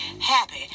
Happy